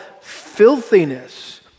filthiness